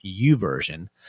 uversion